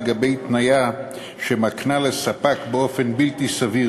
לגבי תניה שמקנה לספק באופן בלתי סביר